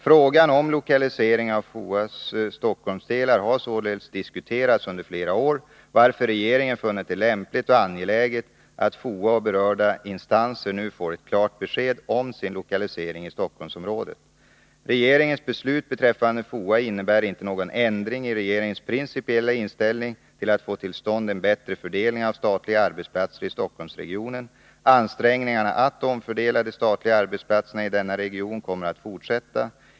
Frågan om lokaliseringen av FOA:s Stockholmsdelar har således diskuterats under flera år, varför regeringen funnit det lämpligt och angeläget att FOA och berörda instanser nu får ett klart besked om sin lokalisering i Stockholmsområdet. Regeringens beslut beträffande FOA innebär inte någon ändring i regeringens principiella inställning till att få till stånd en bättre fördelning av statliga arbetsplatser i Stockholmsregionen. Ansträngningarna att omfördela de statliga arbetsplatserna i denna region kommer att fortsätta.